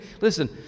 Listen